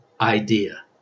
idea